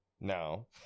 No